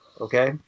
okay